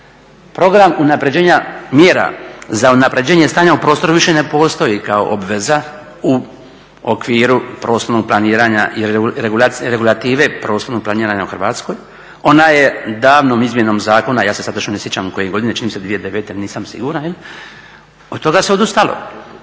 mjera za unapređenje stanja u prostoru više ne postoji kao obveza u okviru prostornog planiranja … regulative prostornog planiranje u Hrvatskoj, ona je davnom izmjenom zakona, ja se sad točno ne sjećam koje godine, čini mi se 2009., nisam siguran, od toga se odustalo.